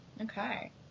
Okay